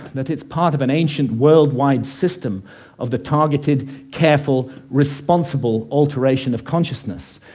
that it's part of an ancient worldwide system of the targeted, careful, responsible alteration of consciousness.